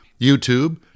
YouTube